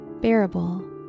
bearable